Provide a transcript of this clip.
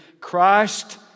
Christ